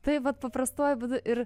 tai vat paprastuoju būdu ir